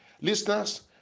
listeners